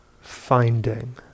finding